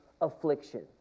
Affliction